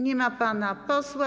Nie ma pana posła.